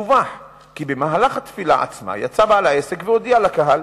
דווח כי במהלך התפילה יצא בעל העסק והודיע לקהל